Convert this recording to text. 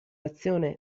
azione